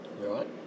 Right